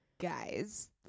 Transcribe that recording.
Guys